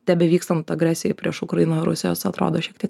tebevykstant agresijai prieš ukrainą rusijos atrodo šiek tiek netinkamai